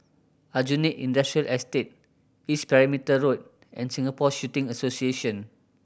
Aljunied Industrial Estate East Perimeter Road and Singapore Shooting Association